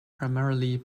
primary